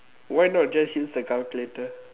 why not just use a calculator